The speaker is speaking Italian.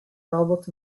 robot